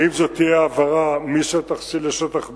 האם זאת תהיה העברה משטח C לשטח B?